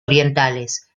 orientales